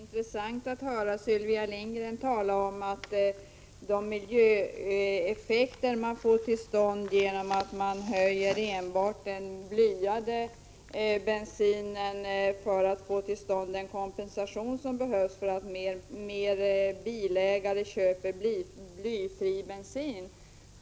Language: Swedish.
Herr talman! Det är intressant att höra Sylvia Lindgren tala om de miljöeffekter som man får till stånd genom att höja priset enbart på den blyade bensinen och därmed få den koncentration som behövs för att fler bilägare skall köpa blyfri bensin.